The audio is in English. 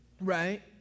Right